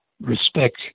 respect